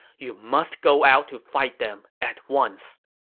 you must go out to fight them at once.